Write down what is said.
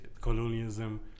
colonialism